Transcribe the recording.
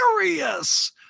hilarious